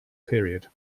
period